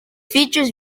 features